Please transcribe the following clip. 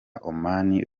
bari